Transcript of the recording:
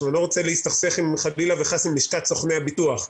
אני לא רוצה להסתכסך חלילה עם לשכת סוכני הביטוח,